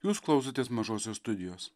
jūs klausotės mažosios studijos